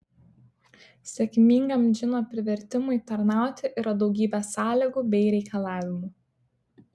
sėkmingam džino privertimui tarnauti yra daugybė sąlygų bei reikalavimų